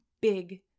big